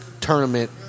tournament